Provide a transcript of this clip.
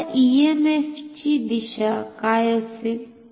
आता ईएमएफ ची दिशा काय असेल